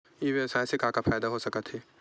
ई व्यवसाय से का का फ़ायदा हो सकत हे?